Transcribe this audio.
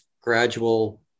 gradual